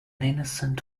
innocent